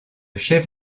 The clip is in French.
chef